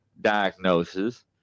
diagnosis